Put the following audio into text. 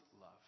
love